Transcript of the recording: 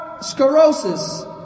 sclerosis